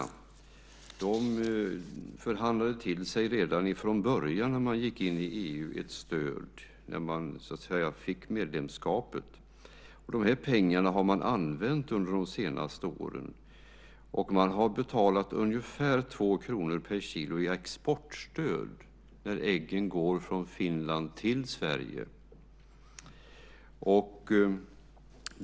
Finland förhandlade till sig ett stöd redan när man blev EU-medlem. Dessa pengar har man använt under de senaste åren, och man har betalat ungefär 2 kr per kilo i exportstöd när äggen går från Finland till Sverige.